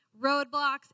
roadblocks